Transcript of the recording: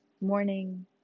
morning